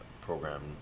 program